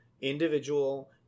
individual